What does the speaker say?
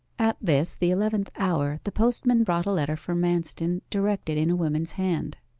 at this, the eleventh hour, the postman brought a letter for manston, directed in a woman's hand.